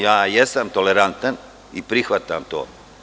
Jesam tolerantan i prihvatam to.